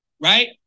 right